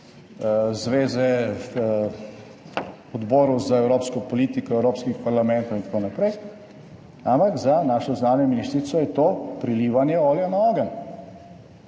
zveze odborov za evropsko politiko, evropskih parlamentov in tako naprej, ampak za našo zunanjo ministrico je to prilivanje olja na ogenj.